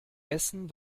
essen